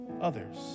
others